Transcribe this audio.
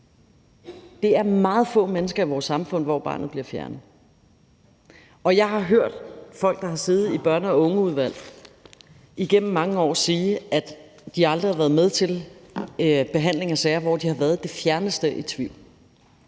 det er meget få forældre i vores samfund, der får deres barn fjernet. Og jeg har hørt folk, der har siddet i børn og unge-udvalg igennem mange år, sige, at de aldrig har været med til behandling af sager, hvor de har været det fjerneste i tvivl,